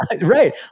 Right